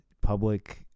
public